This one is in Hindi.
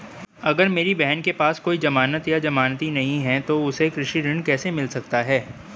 अगर मेरी बहन के पास कोई जमानत या जमानती नहीं है तो उसे कृषि ऋण कैसे मिल सकता है?